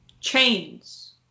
chains